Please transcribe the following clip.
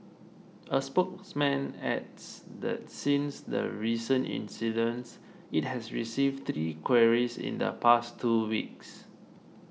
a spokesman adds that since the recent incidents it has received three queries in the past two weeks